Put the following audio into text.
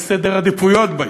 יש סדר עדיפויות בעניין,